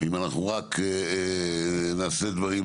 אם אנחנו רק נעשה דברים,